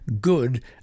good